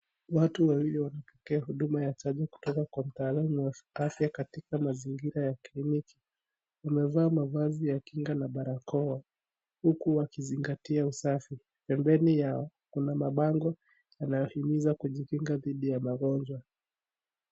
Watu waliopokea huduma ya chanjo kutoka kwa mtaalamu wa afya katika mazingira ya kliniki, wamevaa mavazi ya kinga na barakoa, huku wakizingatia usafi, pembeni yao kuna mabango yanayohimiza kujikinga dhidi ya magonjwa.